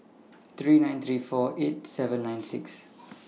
three nine three four eight seven nine six